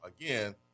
Again